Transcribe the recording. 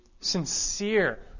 sincere